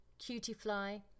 Cutiefly